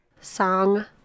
Song